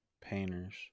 painters